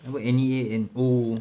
apa N_E_A and oo